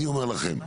אני אומר לכם,